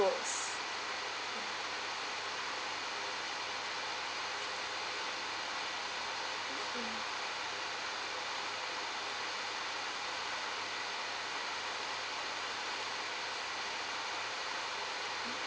was